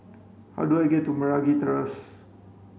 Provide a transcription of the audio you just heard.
how do I get to Meragi Terrace